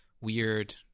weird